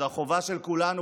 זו החובה של כולנו,